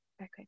Okay